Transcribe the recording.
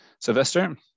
Sylvester